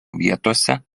vietose